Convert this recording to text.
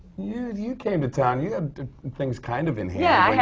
you you came to town, you had things kind of and yeah,